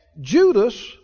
Judas